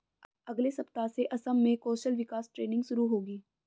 अगले सप्ताह से असम में कौशल विकास ट्रेनिंग शुरू होगी